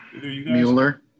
Mueller